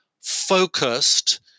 focused